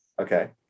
Okay